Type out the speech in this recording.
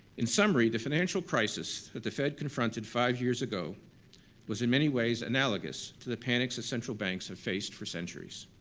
in summary, the financial crisis that the fed confronted five years ago was in many ways analogous to the panics that central banks have faced for centuries.